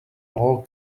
all